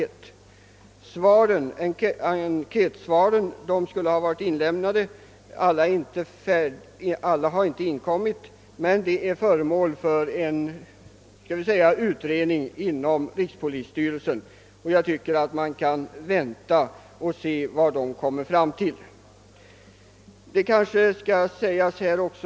De begärda enkätsvaren skulle ha varit avlämnade nu. Alla har dock inte inkommit. Svaren skall behandlas av rikspolisstyrelsen och jag tycker att man kan vänta och se vad den kommer fram till i sin bedömning.